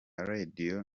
radio